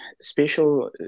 special